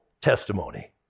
testimony